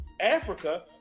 Africa